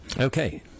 Okay